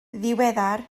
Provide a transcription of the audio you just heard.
ddiweddar